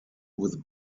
with